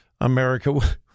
America